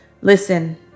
Listen